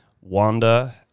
Wanda